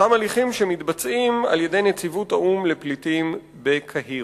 אותם הליכים שמתבצעים על-ידי נציבות האו"ם לפליטים בקהיר.